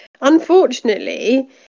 unfortunately